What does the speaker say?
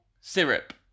syrup